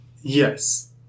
Yes